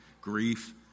grief